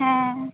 ᱦᱮᱸ